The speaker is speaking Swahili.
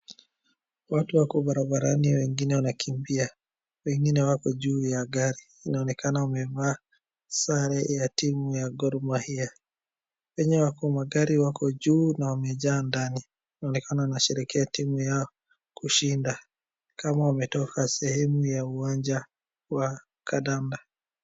Watu wako barabarani wengine wanakimbia, wengine wako juu ya gari. Inaonekana wamevaa sare ya timu ya Gor Mahia .Wenye wako magari wako juu na wamejaa ndani. Inaonekana wanasherehekea timu yao kushinda. Ni kama wametoka sehemu ya uwanja wa kandanda.